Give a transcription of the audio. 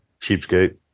Cheapskate